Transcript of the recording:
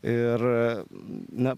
ir na